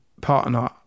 partner